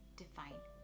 define